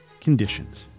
conditions